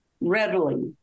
readily